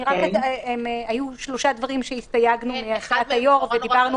היו שלושה דברים שהסתייגנו מהנחיית היושב-ראש ודיברנו